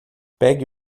pegue